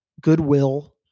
goodwill